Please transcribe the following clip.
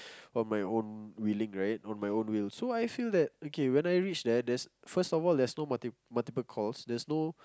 on my own willing right on my own will so I feel that okay when I reach there there's first of all there's no multiple calls theres no